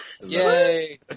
yay